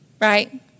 right